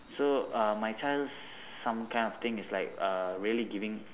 so uh my child's some kind of thing is like uh really giving